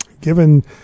given